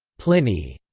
pliny.